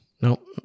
nope